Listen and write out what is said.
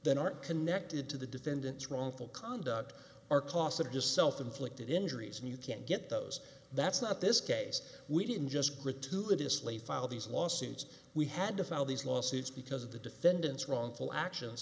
than aren't connected to the defendants wrongful conduct are cost of just self inflicted injuries and you can't get those that's not this case we didn't just gratuitously file these lawsuits we had to file these lawsuits because of the defendants wrongful actions